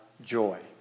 joy